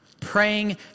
praying